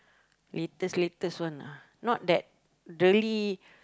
latest latest one lah not that really